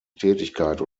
tätigkeit